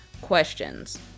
questions